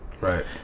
Right